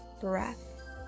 breath